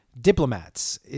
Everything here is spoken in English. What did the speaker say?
diplomats